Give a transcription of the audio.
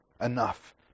enough